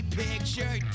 picture